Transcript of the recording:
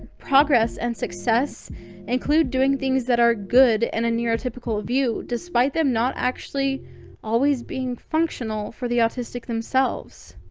progress and success include doing things that are good in and a neurotypical view, despite them not actually always being functional for the autistic themselves.